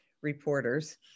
reporters